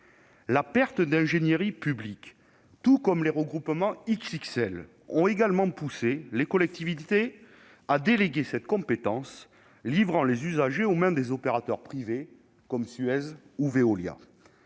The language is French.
La perte d'ingénierie publique tout comme les regroupements XXL ont poussé les collectivités à déléguer cette compétence, livrant les usagers aux mains des opérateurs privés comme Suez ou Veolia.